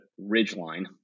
ridgeline